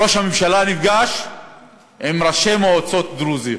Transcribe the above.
ראש הממשלה נפגש עם ראשי מועצות דרוזיות